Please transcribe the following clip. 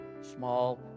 small